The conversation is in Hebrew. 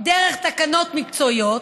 דרך תקנות מקצועיות,